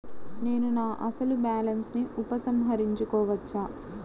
నేను నా అసలు బాలన్స్ ని ఉపసంహరించుకోవచ్చా?